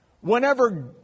whenever